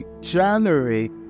January